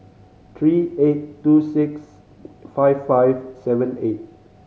three eight two six five five seven eight